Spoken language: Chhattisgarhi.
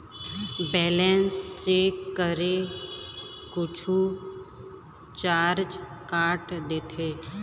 बैलेंस चेक करें कुछू चार्ज काट देथे?